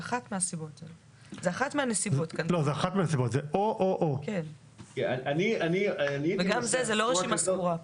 זה אחת מן הנסיבות כאן, וגם זה לא רשימה סגורה.